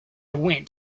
went